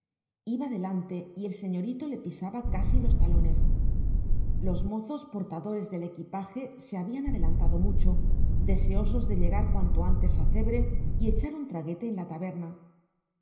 iba delante y el señorito le pisaba casi los talones los mozos portadores del equipaje se habían adelantado mucho deseosos de llegar cuanto antes a cebre y echar un traguete en la taberna